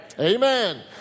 Amen